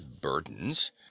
burdens